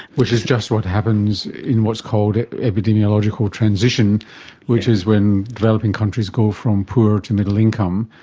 which is just what happens in what's called epidemiological transition which is when developing countries go from poor to middle income,